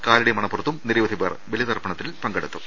കാലടി മണപ്പുറത്തും നിരവധി പേർ ബലിതർപ്പണത്തിൽ പങ്കെടുത്തു